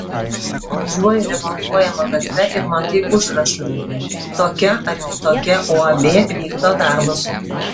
važiuoji remontuojama gatve ir matai užrašą tokia ar kitokia uab vykdo darbus